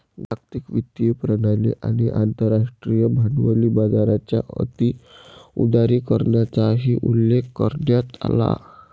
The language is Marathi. जागतिक वित्तीय प्रणाली आणि आंतरराष्ट्रीय भांडवली बाजाराच्या अति उदारीकरणाचाही उल्लेख करण्यात आला